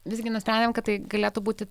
visgi nusprendėm kad tai galėtų būti